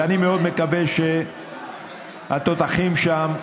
ואני מאוד מקווה שהתותחים שם יירגעו.